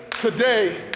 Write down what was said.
Today